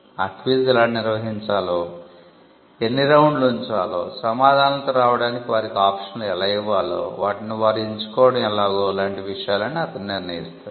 ఈ క్విజ్ ఎలా నిర్వహించాలో ఎన్ని రౌండ్లు ఉంచాలో సమాధానాలతో రావడానికి వారికి ఆప్షన్లు ఎలా ఇవ్వాలో వాటిని వారు ఎంచుకోవడం ఎలాగో లాంటి విషయాలన్నీ అతనే నిర్ణయిస్తాడు